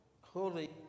holy